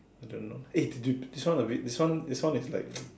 I don't know eh to dude this one a bit this one this one is like